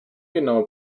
genau